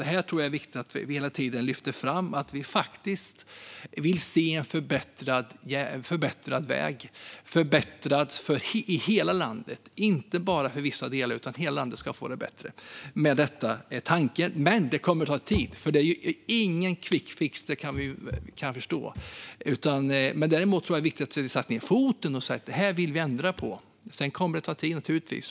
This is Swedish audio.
Det är viktigt att vi hela tiden lyfter fram att vi vill se förbättrade vägar i hela landet, inte bara i vissa delar. Det är tanken med detta, men det kommer att ta tid. Vi förstår att det här inte är någon quickfix. Däremot är det viktigt att sätta ned foten och säga: "Det här vill vi ändra på." Sedan kommer det naturligtvis att ta tid.